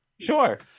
Sure